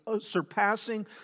surpassing